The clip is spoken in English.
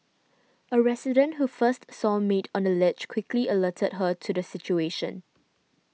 a resident who first saw maid on the ledge quickly alerted her to the situation